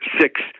six